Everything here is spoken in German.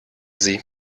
sie